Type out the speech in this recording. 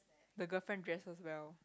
the girlfriend dresses well